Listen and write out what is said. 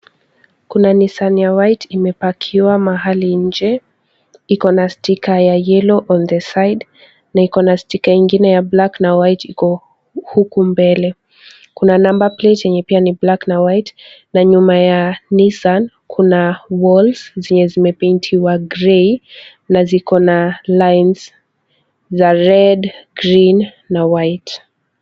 Kuna Nissan ya White imepakiwa mahali nje. Ikona sticker ya yellow on the side na ikona sticker ingine ya black na white iko huku mbele. Kuna number plate yenye pia ni black na white na nyuma ya Nissan, kuna walls zenye zimepaitiwa grey na ziko na lines za red, green, na white .